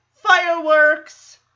fireworks